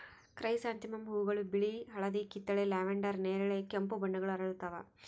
chrysanthemum ಹೂವುಗಳು ಬಿಳಿ ಹಳದಿ ಕಿತ್ತಳೆ ಲ್ಯಾವೆಂಡರ್ ನೇರಳೆ ಕೆಂಪು ಬಣ್ಣಗಳ ಅರಳುತ್ತವ